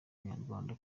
abanyarwanda